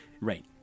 Right